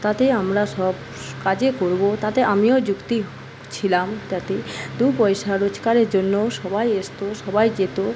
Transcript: তাতে আমরা সব কাজে করব তাতে আমিও যুক্তি ছিলাম তাতে দুপয়সা রোজগারের জন্য সবাই আসত সবাই যেত